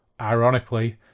ironically